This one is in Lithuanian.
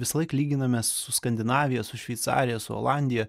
visąlaik lyginamės su skandinavija su šveicarija su olandija